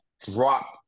drop